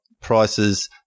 prices